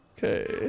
Okay